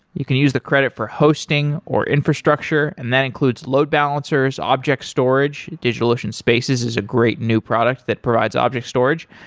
you can use the credit for hosting, or infrastructure, and that includes load balancers, object storage. digitalocean spaces is a great new product that provides object storage,